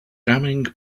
jamming